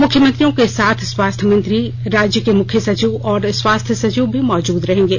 मुख्यमंत्रियों के साथ स्वास्थ्य मंत्री राज्य के मुख्य सचिव और स्वास्थ सचिव भी मौजूद रहेंगे